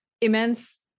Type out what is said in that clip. Immense